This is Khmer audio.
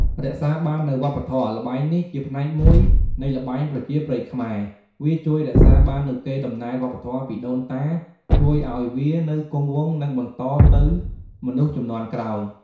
រក្សាបាននូវវប្បធម៌ ល្បែងនេះជាផ្នែកមួយនៃល្បែងប្រជាប្រិយខ្មែរ វាជួយរក្សាបាននូវកេរដំណែលវប្បធម៌ពីដូនតា ជួយឲ្យវានៅគង់វង្ស និងបន្តទៅមនុស្សជំនាន់ក្រោយ។